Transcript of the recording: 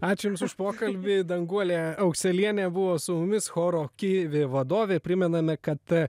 ačiū jums už pokalbį danguolė aukselienė buvo su mumis choro kivi vadovė primename kad